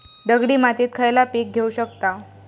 दगडी मातीत खयला पीक घेव शकताव?